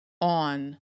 on